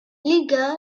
liga